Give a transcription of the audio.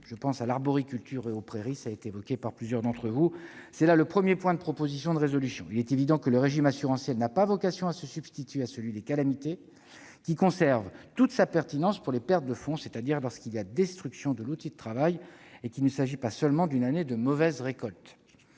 je pense à l'arboriculture et aux prairies, évoquées par certains d'entre vous -; c'est le premier point de votre proposition de résolution. C'est évident, le régime assurantiel n'a pas vocation à se substituer à celui des calamités, qui conserve toute sa pertinence pour les pertes de fonds, c'est-à-dire lorsqu'il y a destruction de l'outil de travail et qu'il ne s'agit pas seulement d'une année de mauvaise récolte.